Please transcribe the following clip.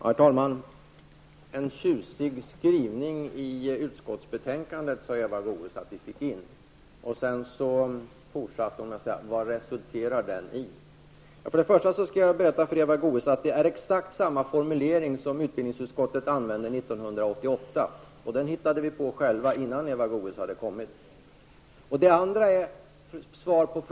Herr talman! Eva Goe s sade att vi fick in en tjusig skrivning i utskottsbetänkandet. Sedan fortsatte hon med att fråga vad den resulterar i. För det första skall jag tala om för Eva Goe s att det är exakt samma formulering som utbildningsutskottet använde år 1988. Den hittade vi på själva innan Eva Goe s hade kommit in i riksdagen.